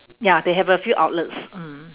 ya they have a few outlets mm